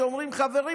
שאומרים: חברים,